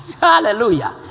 Hallelujah